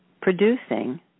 producing